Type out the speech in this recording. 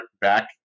back